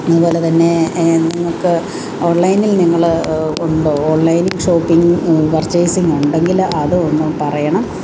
അതുപോലെതന്നെ നിങ്ങൾക്ക് ഓൺലൈനിൽ നിങ്ങൾ ഉണ്ടോ ഓൺലൈൻ ഷോപ്പിംഗ് പർച്ചേസിംഗ് ഉണ്ടെങ്കിൽ അത് ഒന്ന് പറയണം